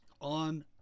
on